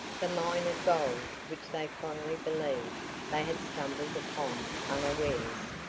the mine of gold which they fondly believed they had stumbled upon unawares,